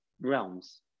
realms